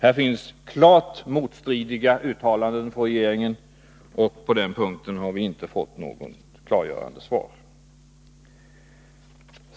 Här finns klart motstridiga uttalanden från regeringen, och på den punkten har vi inte fått något klargörande svar.